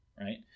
right